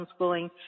homeschooling